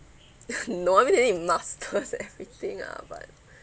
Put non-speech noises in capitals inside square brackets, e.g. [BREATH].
[NOISE] no I mean you need to master everything ah but [BREATH]